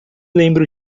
lembro